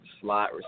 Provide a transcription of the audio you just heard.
slot